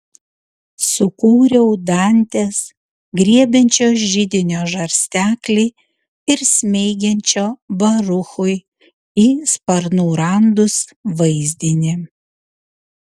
sukūriau dantės griebiančio židinio žarsteklį ir smeigiančio baruchui į sparnų randus vaizdinį